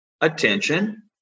Attention